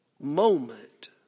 moment